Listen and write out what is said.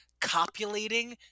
copulating